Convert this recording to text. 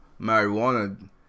marijuana